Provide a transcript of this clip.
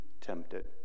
tempted